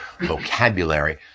vocabulary